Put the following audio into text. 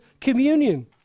communion